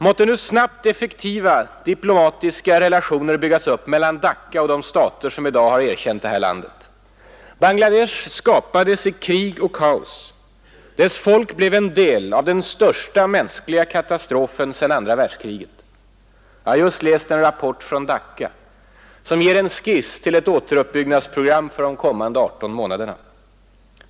Måtte nu snabbt effektiva diplomatiska relationer byggas upp mellan Dacca och de stater som i dag har erkänt det här landet. Bangladesh skapades i krig och kaos. Dess folk drabbades av den största mänskliga katastrofen sedan andra världskriget. Jag har just läst en rapport från Dacca, som ger en skiss till ett återuppbyggnadsprogram för de kommande 18 månaderna.